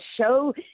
show